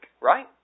right